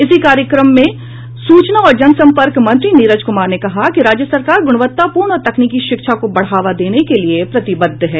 इसी कार्यक्रम में सूचना और जन संपर्क मंत्री नीरज कुमार ने कहा कि राज्य सरकार गुणवत्तापूर्ण और तकनीकी शिक्षा को बढ़ावा देने के लिये प्रतिबद्ध है